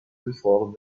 before